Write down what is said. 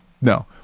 no